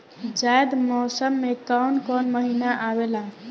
जायद मौसम में काउन काउन महीना आवेला?